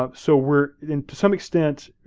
ah so we're, to some extent,